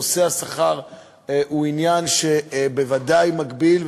נושא השכר הוא עניין שבוודאי מגביל,